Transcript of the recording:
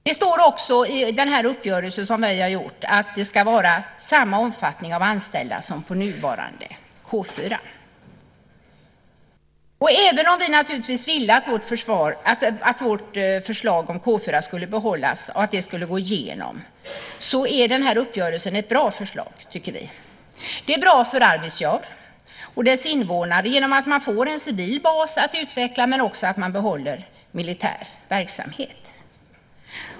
Det står också i den uppgörelse som vi har gjort att det ska vara samma omfattning av anställda som på nuvarande K 4. Även om vi naturligtvis ville att K 4 skulle behållas och vårt förslag gå igenom tycker vi att den här uppgörelsen är ett bra förslag. Det är bra för Arvidsjaur och dess invånare genom att man får en civil bas att utveckla, men också att man behåller militär verksamhet.